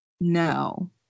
no